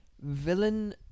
villain